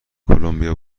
کلمبیا